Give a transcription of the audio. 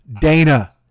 Dana